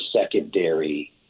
secondary